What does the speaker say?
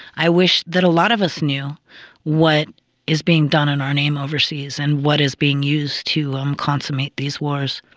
i wish that a lot of us knew what is being done in our name overseas and what is being used to um consummate these wars.